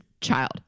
child